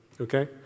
okay